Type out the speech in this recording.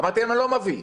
אמרתי שאני לא מביא.